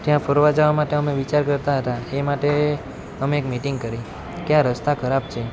ત્યાં ફરવા જવા માટે અમે વિચાર કરતા હતા એ માટે અમે એક મિટિંગ કરી કે આ રસ્તા ખરાબ છે